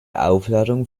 aufladung